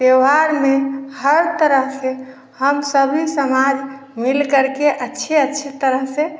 त्यौहार में हर तरह से हम सभी समाज मिलकर के अच्छे अच्छी तरह से